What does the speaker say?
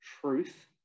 truth